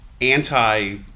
anti